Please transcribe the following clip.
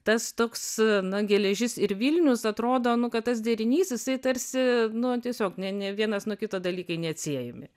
tas toks na geležis ir vilnius atrodo nu kad tas derinys jisai tarsi nu tiesiog ne ne vienas nuo kito dalykai neatsiejami